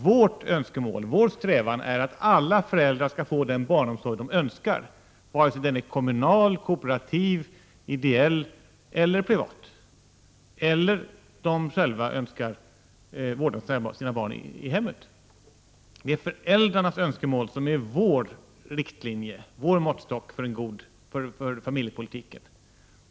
Vår strävan är att alla föräldrar skall få den barnomsorg de önskar, vare sig den är kommunal, kooperativ, ideell eller privat, eller om de själva önskar vårda sina barn i hemmet. Det är föräldrarnas önskemål som är vår riktlinje, vår måttstock för familjepolitiken.